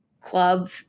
club